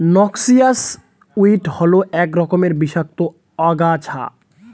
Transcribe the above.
noxious weed হল এক রকমের বিষাক্ত আগাছা